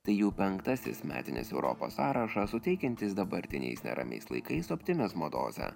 tai jau penktasis metinis europos sąrašą suteikiantis dabartiniais neramiais laikais optimizmo dozę